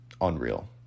unreal